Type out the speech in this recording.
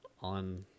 on